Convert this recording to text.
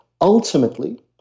ultimately